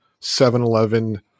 7-eleven